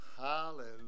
Hallelujah